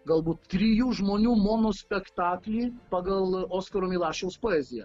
galbūt trijų žmonių monospektaklį pagal oskaro milašiaus poeziją